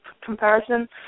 comparison